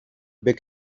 big